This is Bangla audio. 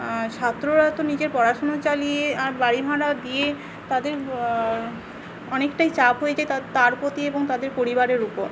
ছাত্ররা তো নিজের পড়াশোনা চালিয়ে আর বাড়ি ভাড়া দিয়ে তাদের অনেকটাই চাপ হয়ে যায় তার প্রতি এবং তাদের পরিবারের ওপর